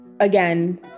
Again